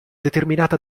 determinata